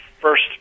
first